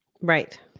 Right